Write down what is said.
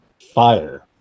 fire